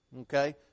okay